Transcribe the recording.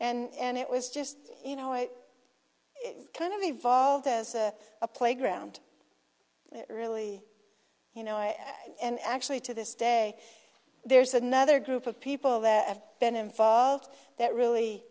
yeah and it was just you know it kind of evolved as a playground really you know i and actually to this day there's another group of people that i've been involved that really